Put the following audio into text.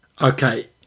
okay